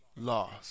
Lost